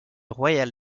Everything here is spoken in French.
royale